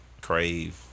crave